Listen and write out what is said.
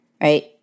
right